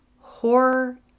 horror